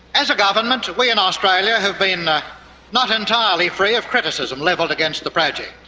as a government we in australia have been not entirely free of criticism levelled against the project,